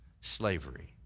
slavery